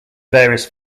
various